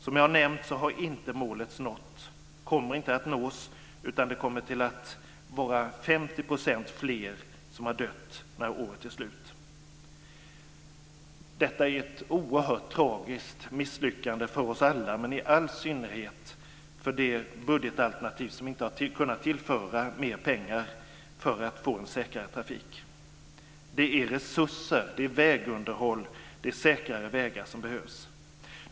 Som nämnts har målet inte nåtts, och kommer inte att nås, utan 50 % fler kommer att ha dött när året är slut. Detta är ett oerhört tragiskt misslyckande för oss alla, i all synnerhet för det budgetalternativ som inte har kunnat tillföra mer pengar för att få en säkrare trafik. Det är resurser, vägunderhåll och säkrare vägar som behövs.